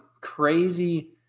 crazy